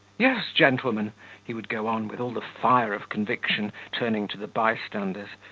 yes, gentlemen he would go on, with all the fire of conviction, turning to the bystanders,